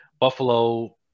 Buffalo –